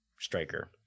striker